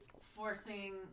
forcing